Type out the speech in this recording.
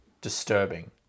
disturbing